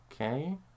Okay